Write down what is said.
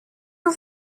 are